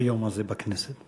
היום הזה בכנסת.